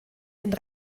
den